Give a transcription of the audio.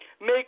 make